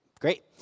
Great